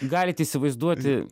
galit įsivaizduoti